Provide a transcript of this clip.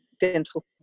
dental